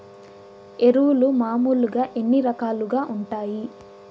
ఎరువులు మామూలుగా ఎన్ని రకాలుగా వుంటాయి?